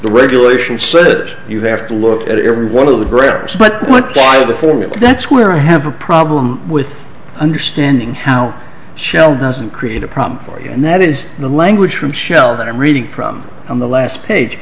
the regulations say that you have to look at every one of the prayers but why the form and that's where i have a problem with understanding how shell doesn't create a problem for you and that is the language from shell that i'm reading from on the last page